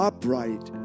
Upright